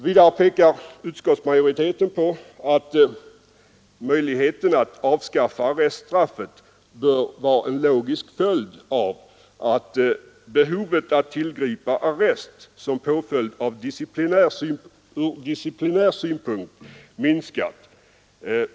Vidare pekar utskottsmajoriteten på att möjligheten att avskaffa arreststraffet bör vara en logisk följd av att behovet att tillgripa arrest som påföljd ur disciplinär synpunkt minskat.